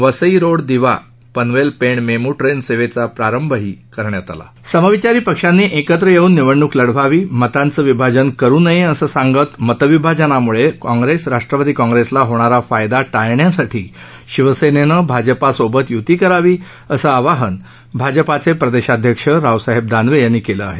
Vasai road Diva Panvel Pen MEMU train सेवेचा प्रारंभही समविचारी पक्षांनी एकत्र येऊन निवडणूक लढवावी मताचे विभाजन करु नये असे सांगत मतविभाजनामुळे कॉंग्रेस राष्ट्वादी कॉंग्रेसला होणारा फायदा टाळण्यासाठी शिवसेनेन भाजपासोबत युती करावी असं आवाहन भाजपाचे प्रदेशाध्यक्ष रावसाहेब दानवे यांनी केलं आहे